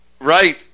Right